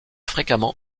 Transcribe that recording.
fréquemment